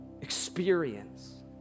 experience